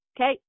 Okay